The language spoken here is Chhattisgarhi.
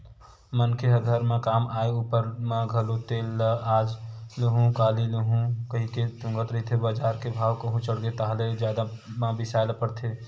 मनखे ह घर म काम आय ऊपर म घलो तेल ल आज लुहूँ काली लुहूँ कहिके तुंगत रहिथे बजार के भाव कहूं चढ़गे ताहले जादा म बिसाय ल परथे